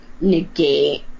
negate